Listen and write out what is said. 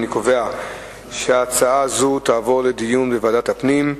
אני קובע שהצעה זו תעבור לדיון בוועדת הפנים.